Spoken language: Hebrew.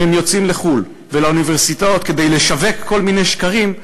אם הם יוצאים לחו"ל ולאוניברסיטאות כדיי לשווק כל מיני שקרים,